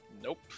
Nope